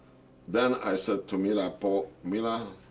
then i said to mila, but mila,